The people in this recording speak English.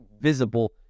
visible